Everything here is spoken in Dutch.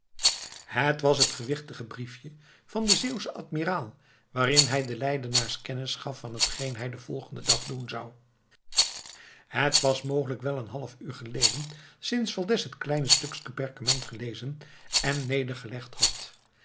het was het gewichtige briefje van den zeeuwschen admiraal waarin hij den leidenaars kennis gaf van hetgene hij den volgenden dag doen zou het was mogelijk wel een half uur geleden sinds valdez het kleine stukske perkament gelezen en nedergelegd had